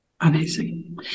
Amazing